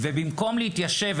אני מדבר איתכם כבן לניצולי שואה,